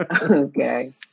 Okay